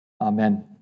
Amen